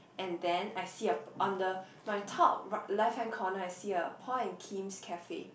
and then I see a on the my top right left hand corner I see a Paul and Kim cafe